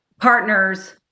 partner's